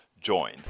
join